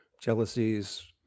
Jealousies